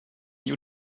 you